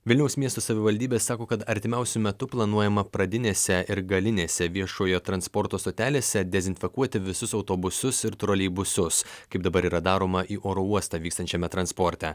vilniaus miesto savivaldybė sako kad artimiausiu metu planuojama pradinėse ir galinėse viešojo transporto stotelėse dezinfekuoti visus autobusus ir troleibusus kaip dabar yra daroma į oro uostą vykstančiame transporte